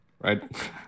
right